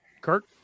Kurt